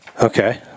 Okay